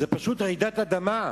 זו פשוט רעידת אדמה.